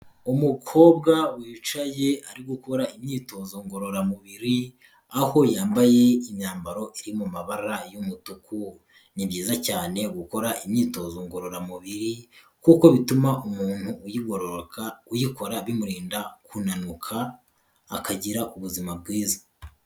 Umukobwa wicaye ari gukora imyitozo ngororamubiri aho yambaye imyambaro iri mu mabara y'umutuku, ni byiza cyane gukora imyitozo ngororamubiri kuko bituma umuntu uyigororoka uyikora bimurinda kunanuka akagira ubuzima bwiza.